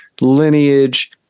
lineage